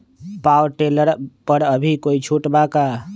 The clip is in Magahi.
पाव टेलर पर अभी कोई छुट बा का?